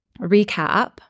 recap